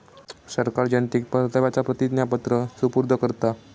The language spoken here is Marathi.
सरकार जनतेक परताव्याचा प्रतिज्ञापत्र सुपूर्द करता